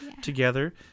together